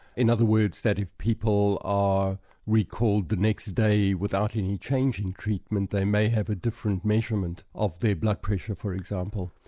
in other words, that if people are recalled the next day without any change in treatment, they may have a different measurement of their blood pressure, for example.